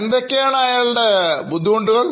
എന്തൊക്കെയാണ് പ്രശ്നങ്ങൾ